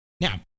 Now